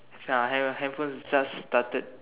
uh ha~ handphones just started